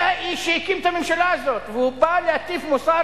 זה האיש שהקים את הממשלה הזאת, והוא בא להטיף מוסר